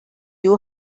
you